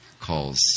calls